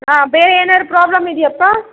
ಆಂ ಬೇರೆ ಏನಾದರೂ ಪ್ರಾಬ್ಲಮ್ ಇದೆಯಾಪ್ಪ